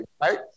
Right